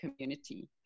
community